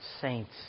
saints